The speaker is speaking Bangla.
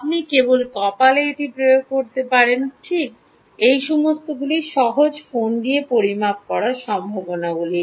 আপনি কেবল কপালে এটি প্রয়োগ করতে পারেন ঠিক এই সমস্তগুলি সহজ ফোন দিয়ে পরিমাপ করার সম্ভাবনাগুলি